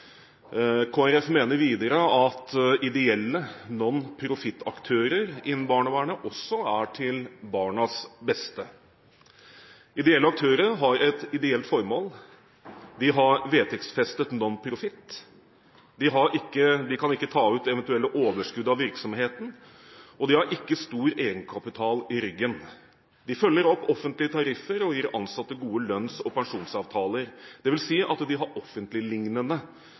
Folkeparti mener videre at ideelle nonprofitaktører innen barnevernet også er til barnas beste. Ideelle aktører har et ideelt formål. De har vedtektsfestet nonprofit. De kan ikke ta ut eventuelle overskudd av virksomheten, og de har ikke stor egenkapital i ryggen. De følger opp offentlige tariffer og gir ansatte gode lønns- og pensjonsavtaler, dvs. at de har